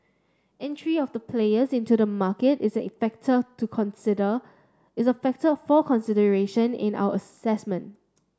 entry of the players into the market is a factor to consider is a factor for consideration in our assessment